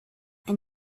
and